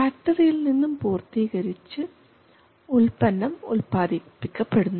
ഫാക്ടറിയിൽ നിന്നും പൂർത്തീകരിച്ച് ഉൽപ്പന്നം ഉൽപാദിപ്പിക്കപ്പെടുന്നു